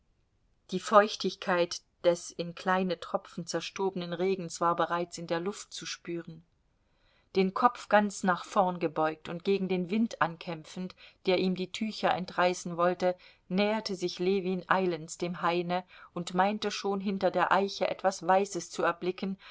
die feuchtigkeit des in kleine tropfen zerstobenen regens war bereits in der luft zu spüren den kopf ganz nach vorn gebeugt und gegen den wind ankämpfend der ihm die tücher entreißen wollte näherte sich ljewin eilends dem haine und meinte schon hinter der eiche etwas weißes zu erblicken